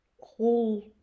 whole